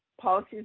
policies